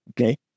okay